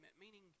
meaning